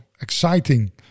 exciting